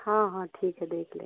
हाँ हाँ ठीक है देख लेंगे